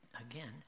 again